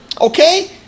okay